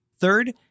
Third